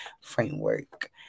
framework